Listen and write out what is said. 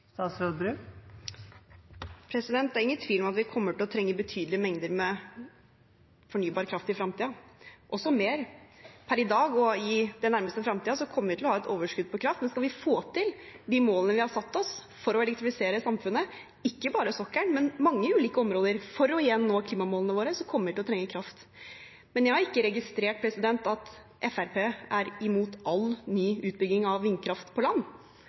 Det er ingen tvil om at vi kommer til å trenge betydelige mengder fornybar kraft i fremtiden, også mer. Per i dag og i den nærmeste fremtiden kommer vi til å ha et overskudd på kraft, men skal vi få til de målene vi har satt oss for å elektrifisere samfunnet – ikke bare sokkelen, men mange ulike områder – for å nå klimamålene våre, kommer vi til å trenge kraft. Jeg har ikke registrert at Fremskrittspartiet er imot all ny utbygging av vindkraft på land.